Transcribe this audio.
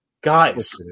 Guys